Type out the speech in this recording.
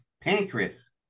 pancreas